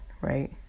right